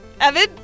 Evan